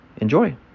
enjoy